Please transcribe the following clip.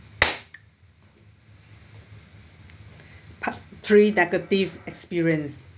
part three negative experience